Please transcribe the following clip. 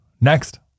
Next